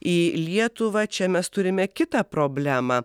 į lietuvą čia mes turime kitą problemą